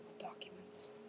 documents